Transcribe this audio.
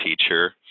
teacher